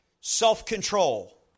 self-control